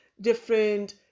different